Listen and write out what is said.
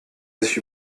sich